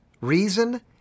reason